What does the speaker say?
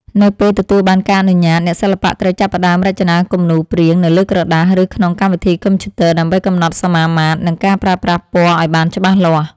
នៅពេលទទួលបានការអនុញ្ញាត អ្នកសិល្បៈត្រូវចាប់ផ្ដើមរចនាគំនូរព្រាងនៅលើក្រដាស ឬក្នុងកម្មវិធីកុំព្យូទ័រ ដើម្បីកំណត់សមាមាត្រ និងការប្រើប្រាស់ពណ៌ឱ្យបានច្បាស់លាស់។